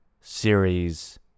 series